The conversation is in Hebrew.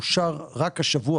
השבוע